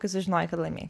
kai sužinojai kad laimėjai